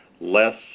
less